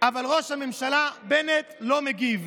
אבל ראש הממשלה בנט לא מגיב.